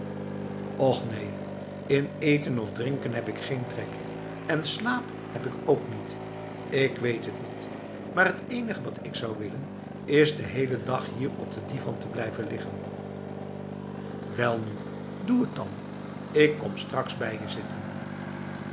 och neen in eten of drinken heb ik geen trek en slaap heb ik ook niet ik weet het niet maar het enige wat ik zou willen is de hele dag hier op de divan te blijven liggen welnu doe het dan ik kom straks bij je